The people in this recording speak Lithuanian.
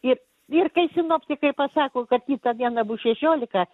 ir ir kai sinoptikai pasako kad kitą dieną bus šešiolika